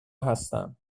هستم